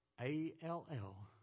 A-L-L